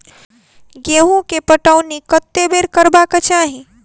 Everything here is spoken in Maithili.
गेंहूँ केँ पटौनी कत्ते बेर करबाक चाहि?